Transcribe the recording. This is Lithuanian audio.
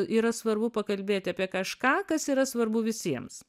yra svarbu pakalbėti apie kažką kas yra svarbu visiems